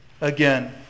again